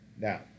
Now